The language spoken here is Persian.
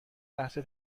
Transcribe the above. لحظه